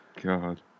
God